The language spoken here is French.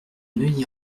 neuilly